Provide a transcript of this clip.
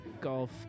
Golf